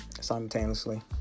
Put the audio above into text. simultaneously